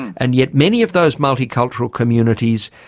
and yet many of those multicultural communities,